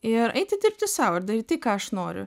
ir eiti dirbti sau ir daryt tai ką aš noriu